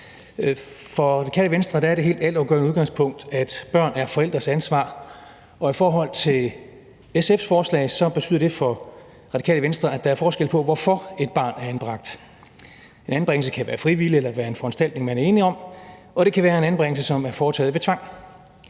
Det Radikale Venstre er det helt altafgørende udgangspunkt, at børn er forældres ansvar, og i forhold til SF's forslag betyder det for Radikale Venstre, at der er forskel på, hvorfor et barn er anbragt. En anbringelse kan være frivillig eller en foranstaltning, man er enig om, og den kan være foretaget ved tvang.